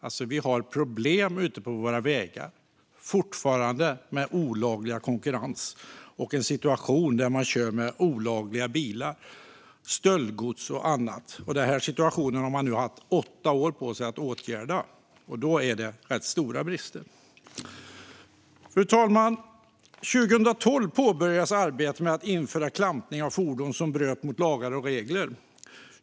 Det är fortfarande problem ute på vägarna med olaglig konkurrens, olagliga bilar, stöldgods och så vidare. Denna situation har man haft åtta år på sig att åtgärda. Då är det stora brister. Fru talman! År 2012 påbörjades arbetet med att införa klampning av fordon som bröt mot lagar och regler.